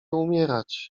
umierać